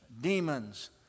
demons